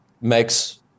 makes